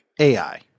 AI